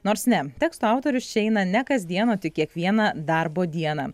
nors ne teksto autorius čia eina ne kasdien o tik kiekvieną darbo dieną